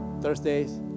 Thursdays